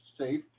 safe